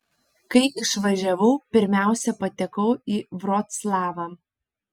kai išvažiavau pirmiausia patekau į vroclavą